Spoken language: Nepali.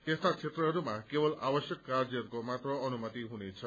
यस्ता क्षेत्रहस्मा केवल आवश्यक कार्यहरूको मात्र अनुमति हुनेछ